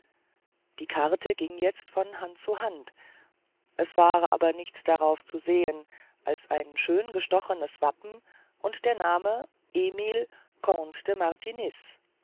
die karte ging jetzt von hand zu hand es war aber nichts darauf zu sehen als ein schön gestochenes wappen und der name emile comte de martiniz